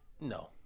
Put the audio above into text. No